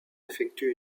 effectuent